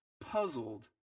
puzzled